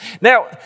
Now